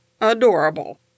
adorable